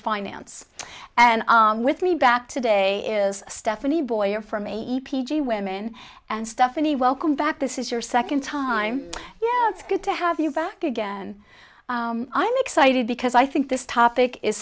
finance and with me back today is stephanie boyer from a p g women and stephanie welcome back this is your second time yeah it's good to have you back again i'm excited because i think this topic is